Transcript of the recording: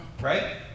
Right